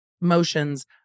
motions